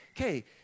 Okay